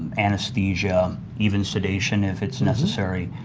anesthesia, even sedation if it's necessary,